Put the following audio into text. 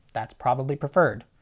that's probably preferred.